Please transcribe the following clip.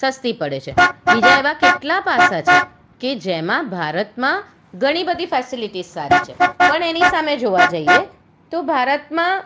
સસ્તી પડે છે બીજા એવા કેટલાં પાસા છે કે જેમાં ભારતમાં ઘણી બધી ફેસીલીટીઝ સારી છે પણ એની સામે જોવા જઈએ તો ભારતમાં